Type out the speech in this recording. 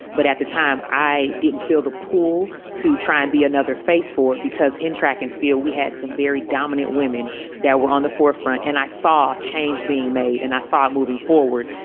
but at the time, i didn't feel the pool to try and be another face for it, because in track and field, we had some very dominant women that were on the forefront. and i saw change being made and i saw moving forward.